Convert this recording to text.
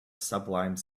sublime